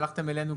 שלחתם אלינו.